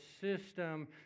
system